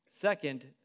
Second